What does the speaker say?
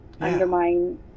undermine